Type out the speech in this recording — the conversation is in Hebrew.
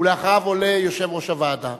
ולאחריו עולה יושב-ראש הוועדה.